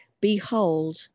behold